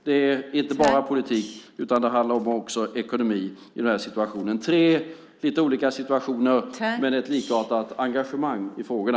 Det är inte bara politik, utan det handlar också om ekonomi i den här situationen. Det är tre lite olika situationer men ett likartat engagemang i frågorna.